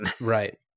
Right